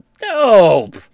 Dope